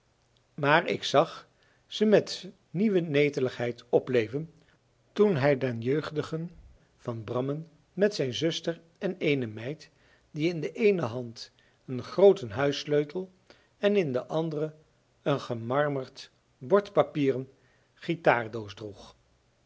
maar ik zag ze met nieuwe neteligheid opleven toen hij den jeugdigen van brammen met zijne zuster en eene meid die in de eene hand een grooten huissleutel en in de andere een gemarmerd bordpapieren gitaardoos droeg